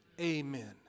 Amen